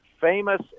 famous